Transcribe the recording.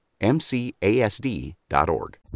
MCASD.org